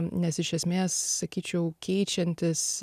nes iš esmės sakyčiau keičiantis